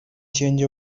change